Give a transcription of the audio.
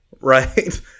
right